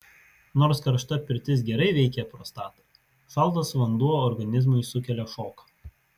nors karšta pirtis gerai veikia prostatą šaltas vanduo organizmui sukelia šoką